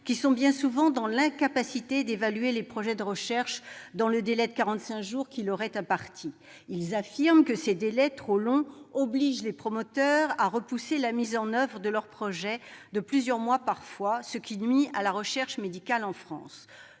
qui sont bien souvent dans l'incapacité d'évaluer les projets de recherche dans le délai de 45 jours qui leur est imparti. Ils affirment que ces délais trop longs obligent les promoteurs à repousser la mise en oeuvre de leurs projets, parfois de plusieurs mois, ce qui nuit à la recherche médicale en France.